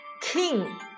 King